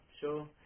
Sure